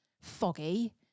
foggy